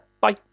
bye